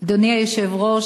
אדוני היושב-ראש,